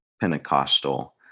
Pentecostal